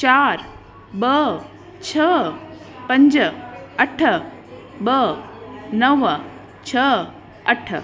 चारि ॿ छह पंज अठ ॿ नव छह अठ